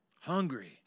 Hungry